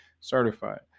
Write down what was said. certified